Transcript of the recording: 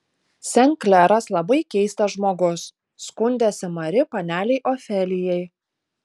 sen kleras labai keistas žmogus skundėsi mari panelei ofelijai